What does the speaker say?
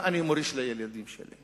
מה אני מוריש לילדים שלי,